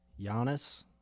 Giannis